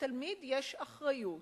לתלמיד יש אחריות